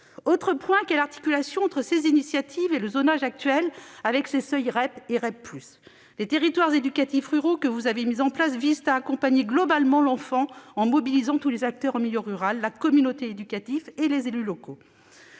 comment articuler ces initiatives et le zonage en vigueur, avec ses seuils REP et REP+ ? Les territoires éducatifs ruraux, les TER, que vous avez mis en place, visent à accompagner globalement l'enfant en mobilisant tous les acteurs en milieu rural, à savoir la communauté éducative et les élus locaux.